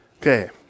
Okay